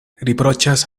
riproĉas